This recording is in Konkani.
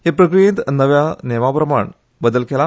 हे प्रक्रियेत नव्या नेमाप्रमाण बदल केला